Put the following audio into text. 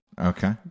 Okay